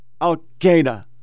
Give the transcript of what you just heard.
Al-Qaeda